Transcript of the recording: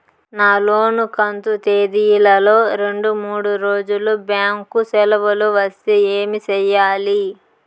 నా లోను కంతు తేదీల లో రెండు మూడు రోజులు బ్యాంకు సెలవులు వస్తే ఏమి సెయ్యాలి?